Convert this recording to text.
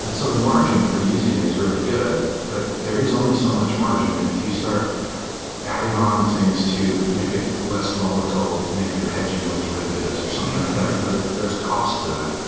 and so the margin for using it is really good, but there is only so much margin, and if you start adding on things to make it less volatile, maybe you're hedging with derivatives or someone like that, you know there's there's a cost to that.